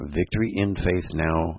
victoryinfaithnow